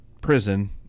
prison